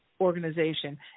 organization